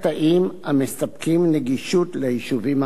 המספקים נגישות ליישובים הערביים.